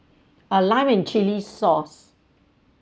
uh lime and chilli sauce